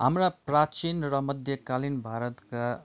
हाम्रा प्राचीन र मध्यकालीन भारतका